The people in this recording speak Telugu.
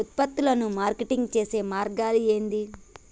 ఉత్పత్తులను మార్కెటింగ్ చేసే మార్గాలు ఏంది?